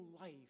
life